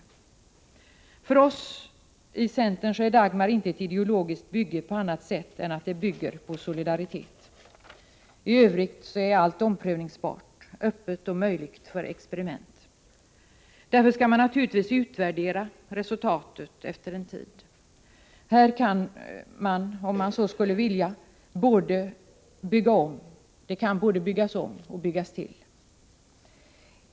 För oss i centern är Dagmarreformen inte ett ideologiskt bygge på annat sätt än att den bygger på solidaritet. I övrigt är allt omprövningsbart, öppet och möjligt för experiment. Därför skall man naturligtvis utvärdera resultatet efter en tid. Här kan man, om man så skulle vilja, både bygga om och bygga till.